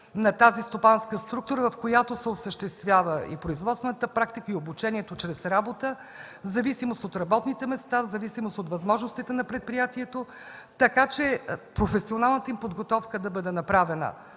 на стопанската структура, в която се осъществяват и производствената практика, и обучението чрез работа, в зависимост от работните места, в зависимост от възможностите на предприятието, така че професионалната им подготовка да бъде направена